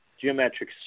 geometric